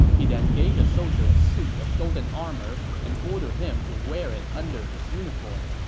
he then gave the soldier a suit of golden armor and ordered him to wear it under his uniform.